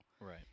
Right